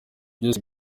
byose